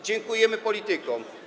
Dziękujemy politykom.